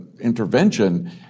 intervention